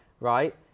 right